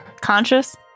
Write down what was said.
Conscious